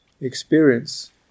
experience